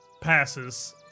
passes